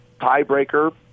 tiebreaker